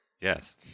Yes